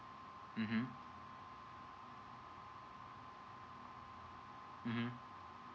mmhmm